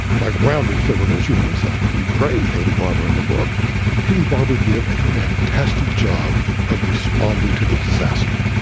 michael brown didn't say we're going to shoot em on sight. you praised haley barbour in the book haley barbour did a fantastic job of responding to the disaster.